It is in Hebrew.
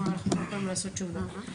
למה אנחנו לא יכולים לעשות שום דבר.